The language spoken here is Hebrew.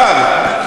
תת-אלוף כבר?